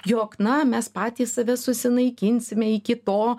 jog na mes patys save susinaikinsime iki to